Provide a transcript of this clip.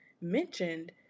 mentioned